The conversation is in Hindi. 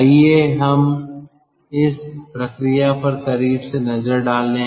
आइए हम इस प्रक्रिया पर करीब से नज़र डालें